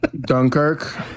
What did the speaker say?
Dunkirk